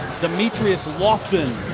demetrius lofton,